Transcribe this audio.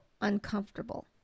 uncomfortable